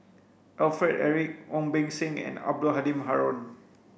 Alfred Eric Ong Beng Seng and Abdul Halim Haron